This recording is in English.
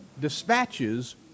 Dispatches